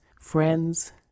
friends